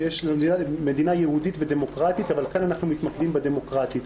מדינה יהודית ודמוקרטית אבל כאן אנחנו מתמקדים בדמוקרטית.